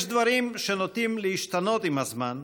יש דברים שנוטים להשתנות עם הזמן,